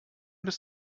bis